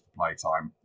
playtime